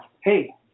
hey